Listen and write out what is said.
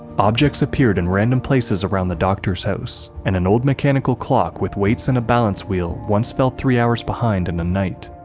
objects appeared in random places around the doctor's house, and an old mechanical clock with weights and a balance-wheel once fell three hours behind in a night.